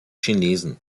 chinesen